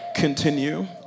continue